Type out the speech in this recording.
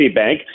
bank